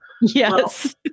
yes